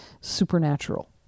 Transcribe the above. supernatural